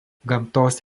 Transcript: gamtos